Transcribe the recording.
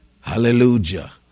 Hallelujah